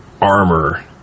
armor